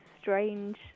strange